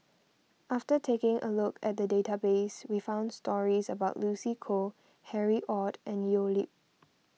after taking a look at the database we found stories about Lucy Koh Harry Ord and Leo Yip